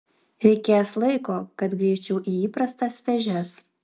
reikės laiko kad grįžčiau į įprastas vėžes